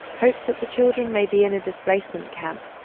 hopes that the children may be in a displacement camp,